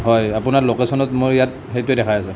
হয় আপোনাৰ লোকেচ'নত মই ইয়াত সেইটোৱে দেখাই আছে